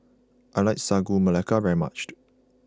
I like Sagu Melaka very much